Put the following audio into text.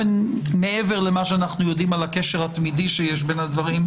מעבר למה שאנחנו יודעים על הקשר התמידי שיש בין הדברים,